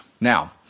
Now